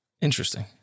Interesting